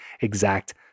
exact